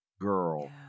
girl